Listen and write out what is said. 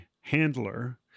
handler